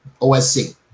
OSC